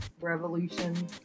revolution